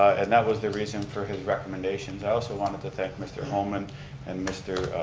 and that was the reason for his recommendations. i also wanted to thank mr. holman and mr.